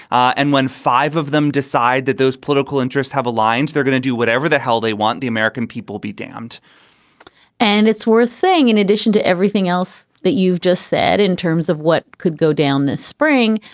and when five of them decide that those political interests have aligned, they're going to do whatever the hell they want. the american people be damned and it's worth saying, in addition to everything else that you've just said in terms of what could go down this spring,